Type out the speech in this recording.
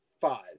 five